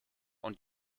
und